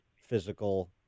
physical